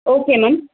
okay ma'am